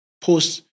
post